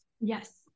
Yes